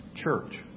church